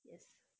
yes